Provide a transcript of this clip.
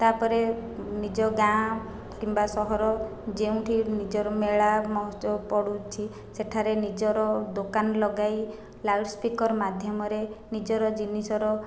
ତାପରେ ନିଜ ଗାଁ କିମ୍ବା ସହର ଯେଉଁଠି ନିଜର ମେଳା ମହୋତ୍ସବ ପଡ଼ୁଛି ସେଠାରେ ନିଜର ଦୋକାନ ଲଗାଇ ଲାଉଡ଼ସ୍ପିକର୍ ମାଧ୍ୟମରେ ନିଜର ଜିନିଷର